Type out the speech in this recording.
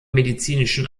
medizinischen